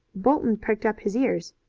bolton pricked up his ears.